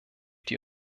die